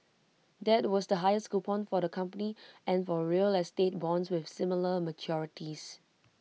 that was the highest coupon for the company and for real estate bonds with similar maturities